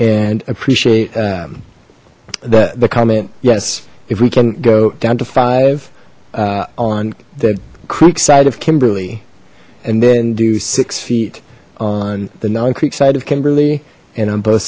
and appreciate the comment yes if we can go down to five on the quick side of kimberly and then do six feet on the non creek side of kimberly and on both